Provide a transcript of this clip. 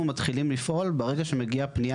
אנחנו מתחילים לפעול ברגע שמגיעה פנייה